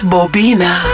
Bobina